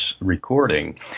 recording